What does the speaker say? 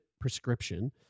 prescription